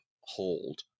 hold